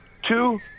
Two